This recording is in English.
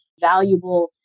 valuable